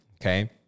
Okay